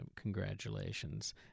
congratulations